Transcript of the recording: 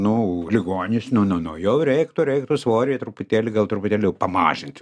nu ligonis nu nu nu jau reiktų reiktų svorį truputėlį gal truputėlį jau pamažinti